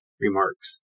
remarks